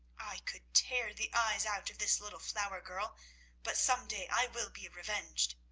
i could tear the eyes out of this little flower-girl but some day i will be revenged.